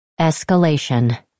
Escalation